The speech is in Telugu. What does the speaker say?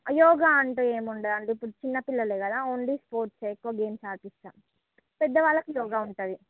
యోగా అంటూ ఎం ఉండదు అండి చిన్న పిల్లలు కదా ఓన్లీ స్పోర్ట్సు ఎక్కువ గేమ్సు అడిపిస్తాం పెద్దవాళ్ళకి యోగా ఉంటుంది